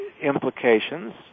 implications